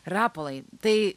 rapolai tai